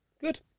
Good